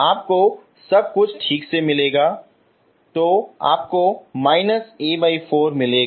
आपको सब कुछ ठीक से मिलेगा तो आपको −A4 मिलेगा